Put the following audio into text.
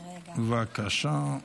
בבקשה.